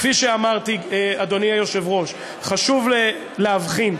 כפי שאמרתי, אדוני היושב-ראש, חשוב להבחין: